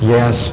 Yes